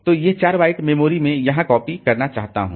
तो ये 4 byte memory मैं यहां कॉपी करना चाहता हूं